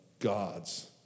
God's